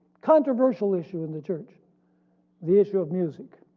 controversial issue in the church the issue of music.